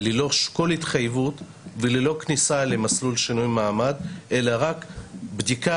ללא כל התחייבות וללא כניסה למסלול שינוי מעמד אלא רק בדיקה